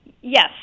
Yes